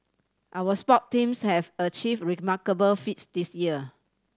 our sport teams have achieved remarkable feats this year